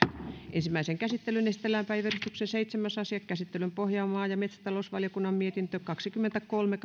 ensimmäiseen käsittelyyn esitellään päiväjärjestyksen seitsemäs asia käsittelyn pohjana on maa ja metsätalousvaliokunnan mietintö kaksikymmentäkolme